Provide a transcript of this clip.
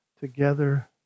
together